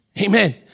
Amen